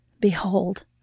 Behold